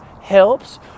helps